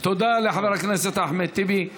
תודה לחבר הכנסת אחמד טיבי.